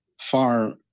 far